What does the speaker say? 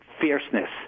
fierceness